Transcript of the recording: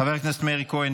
חבר הכנסת מאיר כהן,